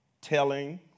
telling